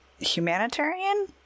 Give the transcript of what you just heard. Humanitarian